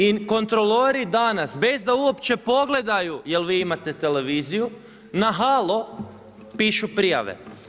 I kontrolori danas bez da uopće pogledaju jel' vi imate televiziju na halo pišu prijave.